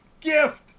gift